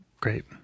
Great